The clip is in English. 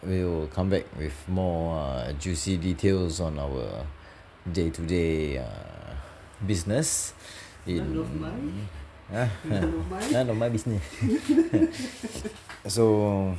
we will come back with more juicy details on our day to day err business in !huh! !huh! not my business so